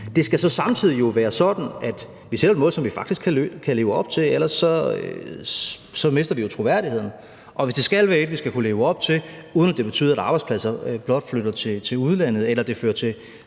Det skal jo så samtidig være sådan, at vi sætter os et mål, som vi faktisk kan leve op til, for ellers mister vi jo troværdigheden. Og hvis det skal være et mål, vi kan leve op til, uden at det betyder, at arbejdspladser blot flytter til udlandet, eller at det fører til